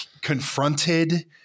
confronted